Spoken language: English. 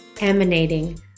emanating